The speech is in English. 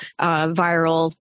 viral